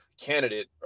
candidate